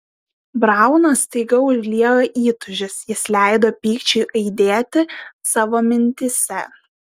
brauną staiga užliejo įtūžis jis leido pykčiui aidėti savo mintyse